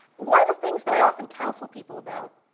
one of the things that i often counsel people about